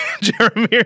Jeremy